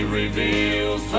reveals